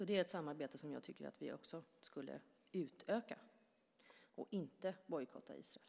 Det är ett samarbete som jag tycker att vi skulle utöka, och inte bojkotta Israel.